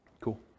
Cool